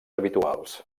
habituals